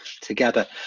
together